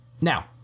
now